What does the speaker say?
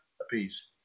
apiece